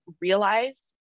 realize